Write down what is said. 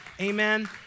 Amen